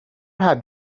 have